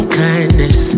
kindness